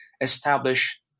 establish